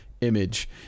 image